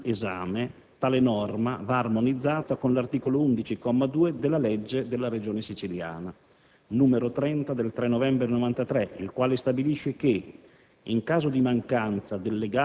Nel caso in esame tale norma va armonizzata con l'articolo 11, comma 2, della legge della Regione siciliana n. 30 del 3 novembre 1993, il quale stabilisce che